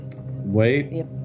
Wait